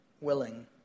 willing